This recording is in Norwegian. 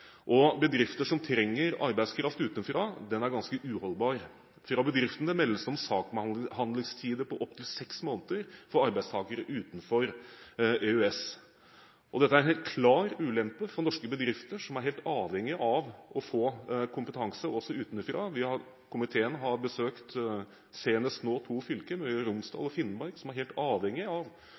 og bedriftene som trenger arbeidskraft utenfra, er ganske uholdbar. Fra bedriftene meldes det om saksbehandlingstider på opptil seks måneder for arbeidstakere utenfor EØS-området. Dette er en helt klar ulempe for norske bedrifter som er helt avhengig av å få kompetanse også utenfra. Komiteen har nå senest besøkt to fylker, Møre og Romsdal og Finnmark, som er helt avhengig av